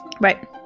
Right